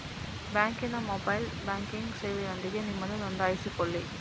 ಬ್ಯಾಂಕಿನ mobile banking ಸೇವೆಯೊಂದಿಗೆ ನಿಮ್ಮನ್ನು ನೋಂದಾಯಿಸಿಕೊಳ್ಳಿ